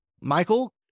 Michael